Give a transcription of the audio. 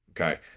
Okay